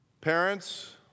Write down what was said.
Parents